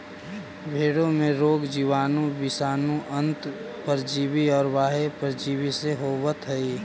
भेंड़ों में रोग जीवाणु, विषाणु, अन्तः परजीवी और बाह्य परजीवी से होवत हई